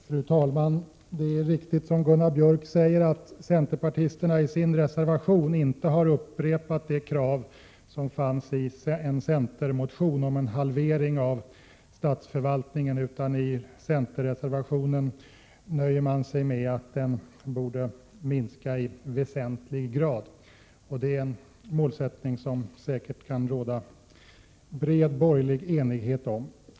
Fru talman! Det är riktigt, som Gunnar Björk säger, att centerpartisterna i sin reservation inte har upprepat det krav som framförs i en centermotion om en halvering av statsförvaltningen. I centerreservationen nöjer man sig med att den borde minska i väsentlig grad. Det är en målsättning som det säkert kan råda bred borgerlig enighet om.